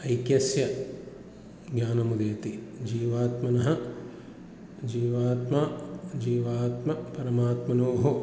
ऐक्यस्य ज्ञानमुदेति जीवात्मनः जीवात्मा जीवात्मपरमात्मनोः